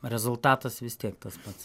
rezultatas vis tiek tas pats